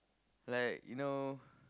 like you know